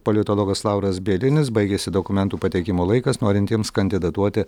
politologas lauras bielinis baigėsi dokumentų pateikimo laikas norintiems kandidatuoti